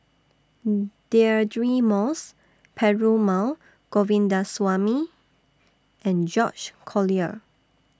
Deirdre Moss Perumal Govindaswamy and George Collyer